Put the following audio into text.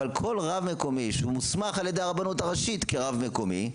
אבל כל רב מקומי שהוסמך על ידי הרבנות הראשית כרב מקומי,